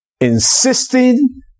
insisting